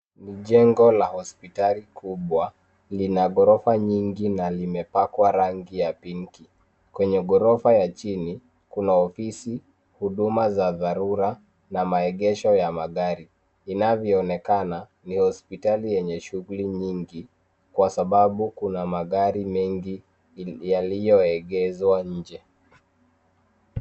Jengo kubwa la hospitali lina ghorofa nyingi na limepakwa rangi ya pinki. Kwenye ghorofa zake kuna ofisi, huduma za dharura na maegesho ya magari. Ni wazi kwamba hospitali hii ina shughuli nyingi, kwani kuna magari mengi yameegeshwa pembeni